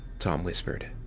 tom whispered.